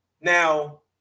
Now